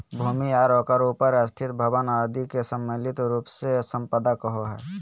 भूमि आर ओकर उपर स्थित भवन आदि के सम्मिलित रूप से सम्पदा कहो हइ